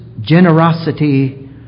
generosity